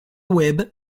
web